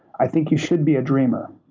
i think you should be a dreamer.